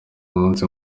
umunsi